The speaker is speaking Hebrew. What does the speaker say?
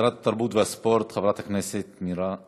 שרת התרבות והספורט חברת הכנסת מירי רגב.